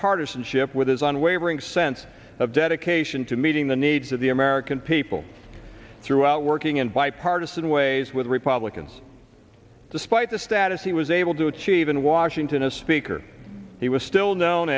partisanship with his unwavering sense of dedication to meeting the needs of the american people throughout working in bipartisan ways with republicans despite the status he was able to achieve in washington as speaker he was still known